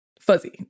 Fuzzy